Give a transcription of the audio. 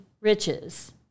riches